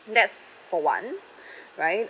that's for one right